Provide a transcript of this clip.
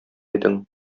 идең